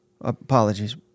apologies